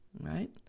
right